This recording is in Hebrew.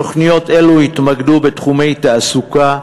תוכניות אלו התמקדו בתחומי תעסוקה,